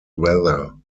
weather